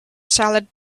salad